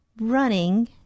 running